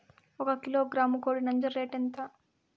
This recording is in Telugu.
ఒక కిలోగ్రాము కోడి నంజర రేటు ఎంత?